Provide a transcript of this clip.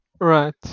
Right